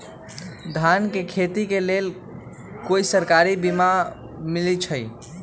धान के खेती के लेल कोइ सरकारी बीमा मलैछई?